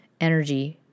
energy